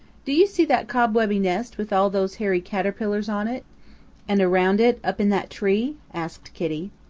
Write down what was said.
do you see that cobwebby nest with all those hairy caterpillars on it and around it up in that tree? asked kitty.